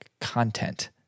content